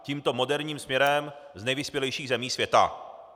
Tímto moderním směrem z nejvyspělejších zemí světa.